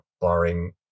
barring